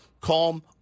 calm